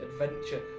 adventure